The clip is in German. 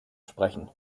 sprechen